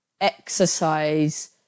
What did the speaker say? exercise